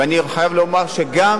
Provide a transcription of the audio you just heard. ואני חייב לומר שגם